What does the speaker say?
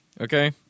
okay